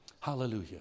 Hallelujah